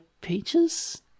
Peaches